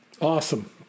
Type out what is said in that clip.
Awesome